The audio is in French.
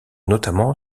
notamment